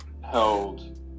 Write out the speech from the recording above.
held